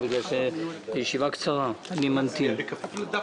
מפנים בסיס של מג"ב שנמצא בתוואי של רכבת ישראל.